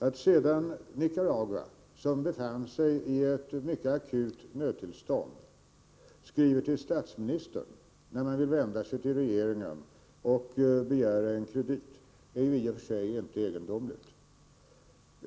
Att sedan Nicaragua, som befann sig i ett mycket akut nödtillstånd, skrev till statsministern när man vände sig till regeringen och begärde en kredit är i och för sig inte egendomligt.